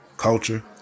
culture